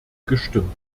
gestimmt